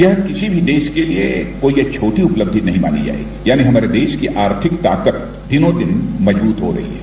यह किसी भी देश के लिए कोई छोटी उपलब्धि नहीं मानी जाएगी यानी हमारे देश की आर्थिक ताकत दिनोंदिन मजबूत हो रही है